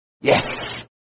Yes